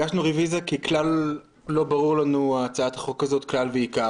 הגשנו רוויזיה כי לא ברורה לנו הצעת החוק הזאת כלל ועיקר.